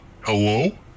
Hello